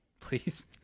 Please